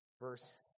Verse